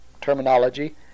terminology